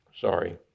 Sorry